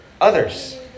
others